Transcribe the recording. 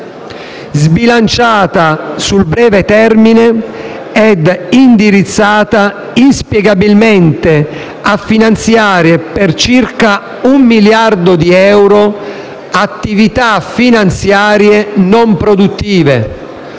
sbilanciata sul breve termine e indirizzata inspiegabilmente a finanziare, per circa un miliardo di euro, attività finanziarie non produttive,